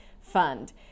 fund